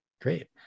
great